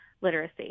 literacy